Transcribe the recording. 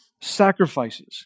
sacrifices